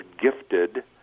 gifted